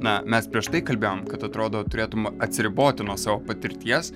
na mes prieš tai kalbėjom kad atrodo turėtum atsiriboti nuo savo patirties